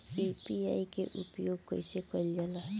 UPI के उपयोग कइसे कइल जाला?